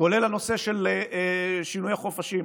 כולל הנושא של שינוי החופשות.